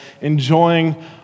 enjoying